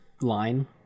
line